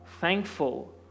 thankful